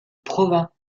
provins